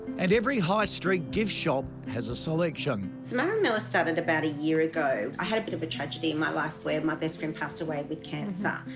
and every high street gift shop has a selection. samara and mila started about a year ago, i had a bit of a tragedy in my life where my best friend passed away with cancer,